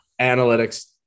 analytics